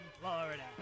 Florida